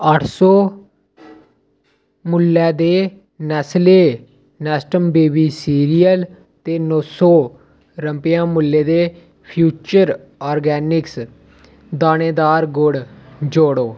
अट्ठ सौ मुल्लै दे नैस्ले नेस्टम बेबी सीरियल ते नो सौ रपेंऽ मुल्लै दे फ्यूचर ऑर्गेनिक्स दानेदार गुड़ जोड़ो